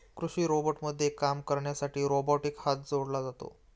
कृषी रोबोटमध्ये काम करण्यासाठी रोबोटिक हात जोडला जातो